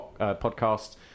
podcasts